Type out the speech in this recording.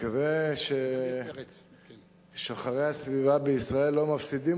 אני מקווה ששוחרי הסביבה בישראל לא מפסידים